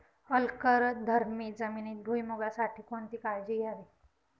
अल्कधर्मी जमिनीत भुईमूगासाठी कोणती काळजी घ्यावी?